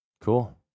cool